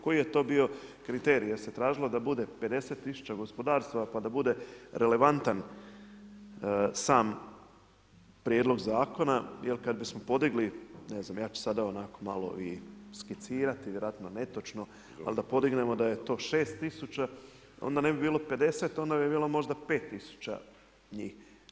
Koji je to bio kriterij, jer se tražilo da bude 50000 gospodarstava, pa da bude relevantan sam prijedlog zakona, jer kad bismo podigli ne znam, ja ću sada onako malo i skicirati, vjerojatno netočno al da podignemo da je to 6000 onda ne bi bilo 50, onda bi bilo možda 5000 njih.